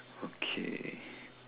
okay